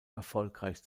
erfolgreich